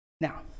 Now